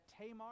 Tamar